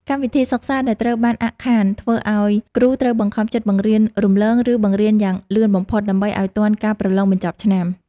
កម្មវិធីសិក្សាដែលត្រូវបានអាក់ខាន ធ្វើឱ្យគ្រូត្រូវបង្ខំចិត្តបង្រៀនរំលង ឬ បង្រៀនយ៉ាងលឿនបំផុត ដើម្បីឱ្យទាន់ការប្រឡងបញ្ចប់ឆ្នាំ។